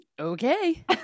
Okay